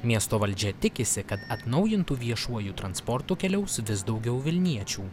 miesto valdžia tikisi kad atnaujintu viešuoju transportu keliaus vis daugiau vilniečių